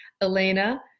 Elena